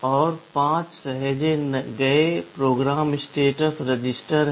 और 5 सहेजे गए प्रोग्राम स्टेटस रजिस्टर हैं